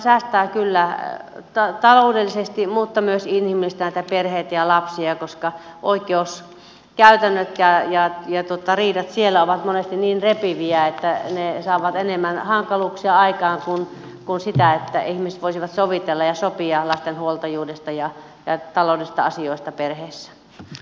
tämä kyllä säästää taloudellisesti mutta myös inhimillistää näiden perheiden ja lasten tilannetta koska oikeudenkäynnit ja riidat siellä ovat monesti niin repiviä että ne saavat enemmän hankaluuksia aikaan kuin sitä että ihmiset voisivat sovitella ja sopia lasten huoltajuudesta ja taloudellisista asioista perheessä